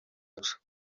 rwacu